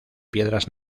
piedras